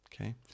Okay